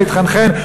להתחנחן,